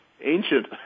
ancient